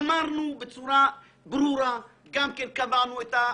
אמרנו בצורה ברורה וגם קבענו את הכמות.